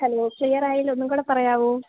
hello clear ആയില്ല ഒന്നും കൂടെ പറയാമോ